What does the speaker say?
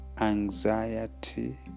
anxiety